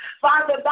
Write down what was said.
Father